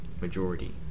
majority